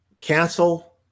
cancel